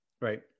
Right